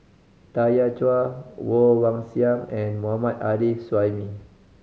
Tanya Chua Woon Wah Siang and Mohammad Arif Suhaimi